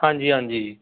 ਹਾਂਜੀ ਹਾਂਜੀ